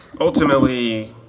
ultimately